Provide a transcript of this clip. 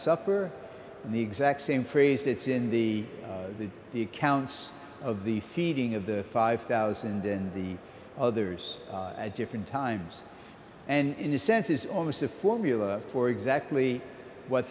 supper and the exact same phrase it's in the the accounts of the feeding of the five thousand and the others at different times and in a sense is almost a formula for exactly what